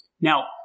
Now